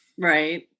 Right